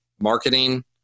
marketing